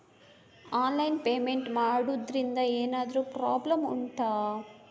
online payment ಮಾಡುದ್ರಿಂದ ಎಂತಾದ್ರೂ problem ಉಂಟಾ